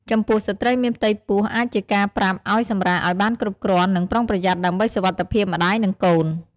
ចំពោះស្រ្តីមានផ្ទៃពោះ អាចជាការប្រាប់ឲ្យសម្រាកឲ្យបានគ្រប់គ្រាន់ និងប្រុងប្រយ័ត្នដើម្បីសុវត្ថិភាពម្ដាយ និងកូន។